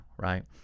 right